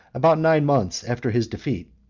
about nine months after his defeat.